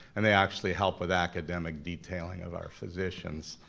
and they actually help with academic detailing of our physicians.